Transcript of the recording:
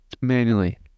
Manually